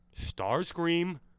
Starscream